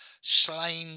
slain